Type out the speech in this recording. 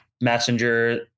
Messenger